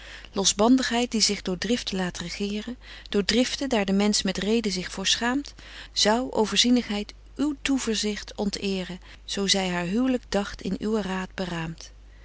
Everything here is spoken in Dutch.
losbandigheid die zich door driften laat regeren door driften daar de mensch met reden zich voor schaamt zou o voorzienigheid uw toeverzicht ontëeren zo zy haar huwlyk dagt in uwen raad beraamt